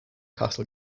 castle